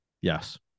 Yes